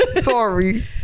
sorry